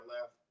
left